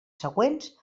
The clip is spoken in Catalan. següents